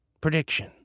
prediction